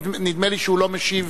נדמה לי שהוא לא משיב,